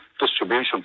distribution